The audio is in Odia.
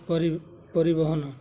ପରିବହନ